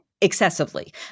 excessively